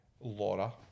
Laura